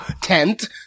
Tent